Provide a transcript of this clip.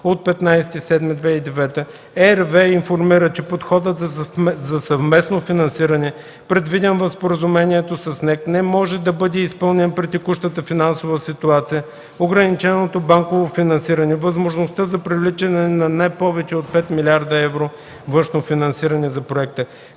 458/15.07.2009 г. РВЕ информира, че подходът за съвместно финансиране, предвиден в споразумението с НЕК, не може да бъде изпълнен при текущата финансова ситуация, ограниченото банково финансиране, възможността за привличане на не повече от 5 млрд. евро външно финансиране за проекта,